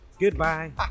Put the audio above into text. Goodbye